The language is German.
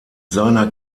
seiner